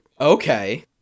Okay